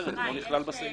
אחרת הוא לא נכלל בסעיף.